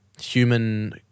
human